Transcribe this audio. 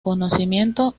reconocimiento